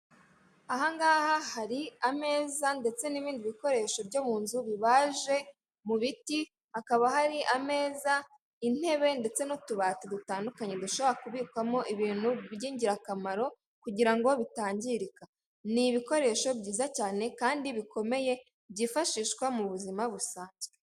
Aha ngaha hari ameza ndetse n'ibindi bikoresho byo mu nzu, bibaje mu biti hakaba hari ameza, intebe ndetse n'utubati dutandukanye dushobora kubikwamo ibintu b'ingirakamaro kugira ngo bitangirika. Ni ibikoresho byiza cyane kandi bikomeye byifashishwa mu buzima busanzwe.